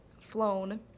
flown